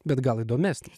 bet gal įdomesnis